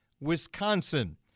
Wisconsin